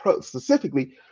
specifically